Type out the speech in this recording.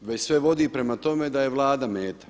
već sve vodi prema tome da je Vlada meta.